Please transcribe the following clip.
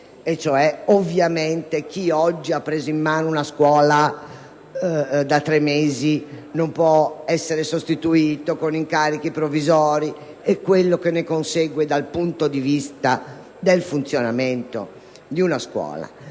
Rusconi, chi oggi ha preso in mano una scuola da tre mesi non può essere sostituito con incarichi provvisori, con tutto quello che ne consegue dal punto di vista del funzionamento scolastico),